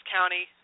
County